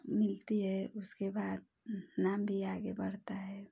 मिलती है उसके बाद नाम भी आगे बढ़ता है